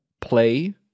play